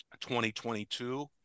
2022